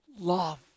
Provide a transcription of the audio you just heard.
Love